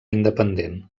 independent